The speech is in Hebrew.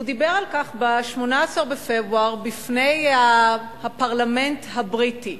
הוא דיבר על כך ב-18 בפברואר בפני הפרלמנט הבריטי.